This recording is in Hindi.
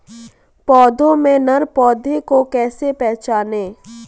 पौधों में नर पौधे को कैसे पहचानें?